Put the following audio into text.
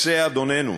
רוצה אדוננו,